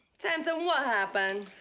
samson, what happened?